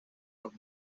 los